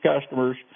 customers